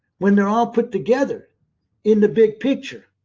when they are all put together in the big picture,